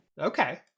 Okay